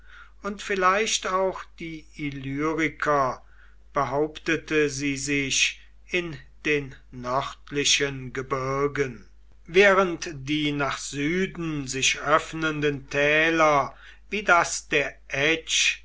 und vielleicht auch die illyriker behauptete sie sich in den nördlichen gebirgen während die nach süden sich öffnenden täler wie das der